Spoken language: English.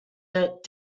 that